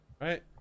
right